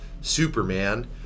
Superman